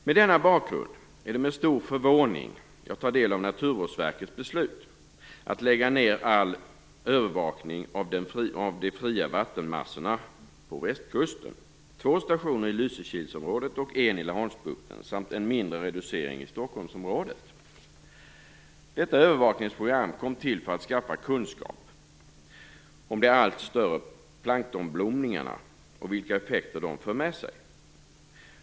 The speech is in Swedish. Mot denna bakgrund är det med stor förvåning som jag tar del av Naturvårdsverkets beslut att lägga ned all övervakning av de fria vattenmassorna på Västkusten, dvs. två stationer i Lysekilsområdet och en i Laholmsbukten, samt genomföra en mindre reducering i Stockholmsområdet. Detta övervakningsprogram kom till för att man ville skaffa kunskap om de allt större planktonblomningarna och vilka effekter de för med sig.